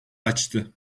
açtı